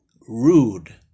rude